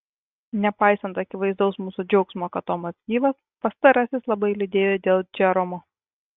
nepaisant akivaizdaus mūsų džiaugsmo kad tomas gyvas pastarasis labai liūdėjo dėl džeromo